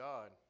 God